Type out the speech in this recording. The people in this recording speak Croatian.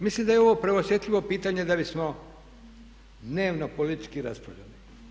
Mislim da je ovo preosjetljivo pitanje da bismo dnevno politički raspravljali.